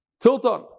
Tilton